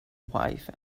wife